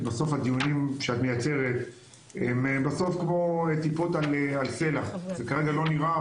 כי בסוף הדיונים שאת מייצרת הם כמו טיפות על סלע זה כנראה לא נראה,